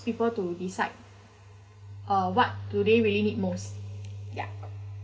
people to decide uh what do they really need most ya